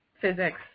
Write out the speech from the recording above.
physics